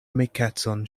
amikecon